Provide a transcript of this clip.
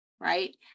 right